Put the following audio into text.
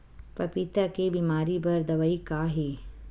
पपीता के बीमारी बर दवाई का हे?